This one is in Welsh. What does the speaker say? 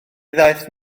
ddaeth